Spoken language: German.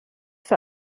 für